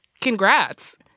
congrats